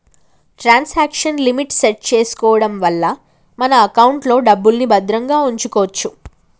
transaction limit set చేసుకోడం వల్ల మన ఎకౌంట్లో డబ్బుల్ని భద్రంగా వుంచుకోచ్చు